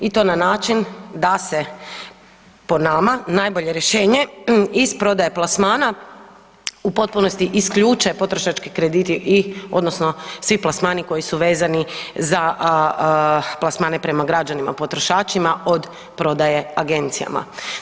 I to na način da se po nama najbolje rješenje iz prodaje plasmana u potpunosti isključe potrošački krediti i odnosno svi plasmani koji su vezani za plasmane prema građanima potrošačima od prodaje agencijama.